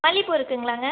மல்லி பூ இருக்குங்லாங்க